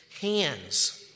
hands